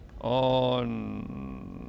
on